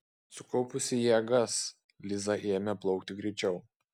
sukaupusi jėgas liza ėmė plaukti greičiau